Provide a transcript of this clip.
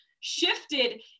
shifted